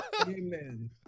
amen